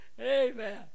Amen